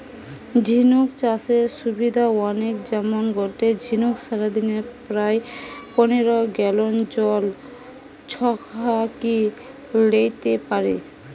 ঝিনুক চাষের সুবিধা অনেক যেমন গটে ঝিনুক সারাদিনে প্রায় পনের গ্যালন জল ছহাকি লেইতে পারে